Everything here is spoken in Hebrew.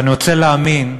אבל אני רוצה להאמין,